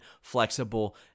flexible